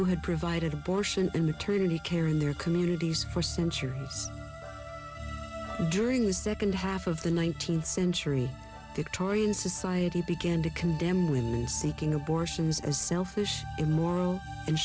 who had provided abortion and maternity care in their communities for centuries during the second half of the nineteenth century victorian society began to condemn women seeking abortions as selfish in morrow and